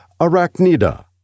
Arachnida